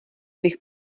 bych